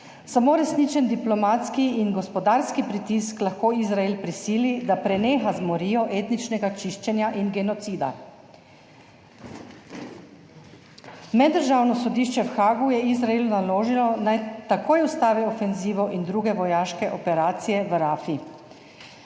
Samo resničen diplomatski in gospodarski pritisk lahko Izrael prisili, da preneha z morijo etničnega čiščenja in genocida. Meddržavno sodišče v Haagu je Izraelu naložilo, naj takoj ustavi ofenzivo in druge vojaške operacije v Rafi.